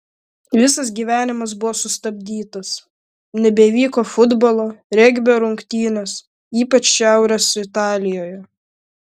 visas gyvenimas buvo sustabdytas nebevyko futbolo regbio rungtynės ypač šiaurės italijoje